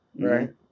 right